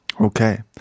Okay